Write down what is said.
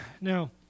Now